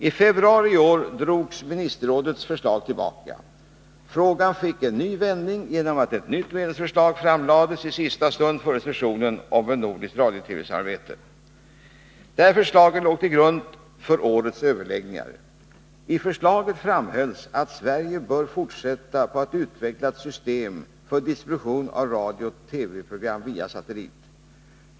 I februari i år drogs ministerrådets förslag tillbaka. Frågan fick en ny vändning genom att ett nytt medlemsförslag om nordiskt radiooch TV-samarbete framkastades i sista stund före sessionen. Detta förslag låg till grund för årets överläggningar. I förslaget framhålls att Sverige bör fortsätta arbetet på att utveckla ett system för distribution av radiooch TV-program via satellit.